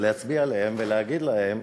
להצביע עליהן ולהגיד להן: